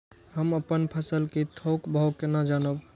हम अपन फसल कै थौक भाव केना जानब?